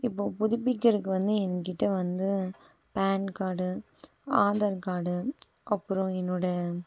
இப்போது புதுப்பிக்கிறதுக்கு வந்து என் கிட்டே வந்து பேன் கார்டு ஆதார் கார்டு அப்புறம் என்னோடய